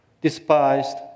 despised